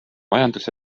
majandus